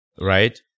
right